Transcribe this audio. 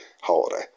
holiday